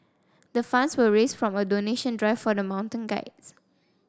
the funds were raised from a donation drive for the mountain guides